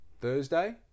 Thursday